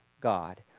God